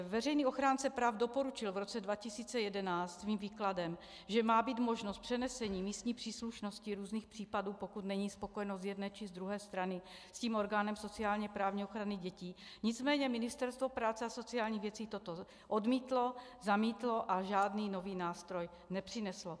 Veřejný ochránce práv doporučil v roce 2011 svým výkladem, že má být možnost přenesení místní příslušnosti různých případů, pokud není spokojeno z jedné či z druhé strany s tím orgánem sociálněprávní ochrany dětí, nicméně Ministerstvo práce a sociálních věcí toto odmítlo, zamítlo a žádný nový nástroj nepřineslo.